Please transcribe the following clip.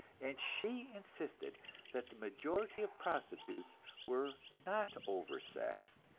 and she insisted that the majority of prostitutes were not oversexed,